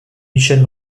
michèle